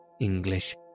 English